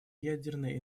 ядерной